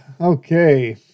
Okay